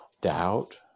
doubt